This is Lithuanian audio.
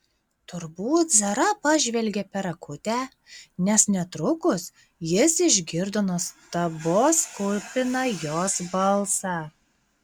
turbūt zara pažvelgė per akutę nes netrukus jis išgirdo nuostabos kupiną jos balsą